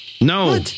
No